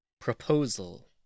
Proposal